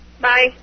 Bye